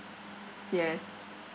yes